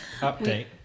Update